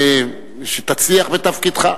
שתצליח בתפקידך.